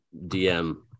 DM